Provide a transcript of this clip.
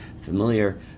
familiar